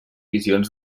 visions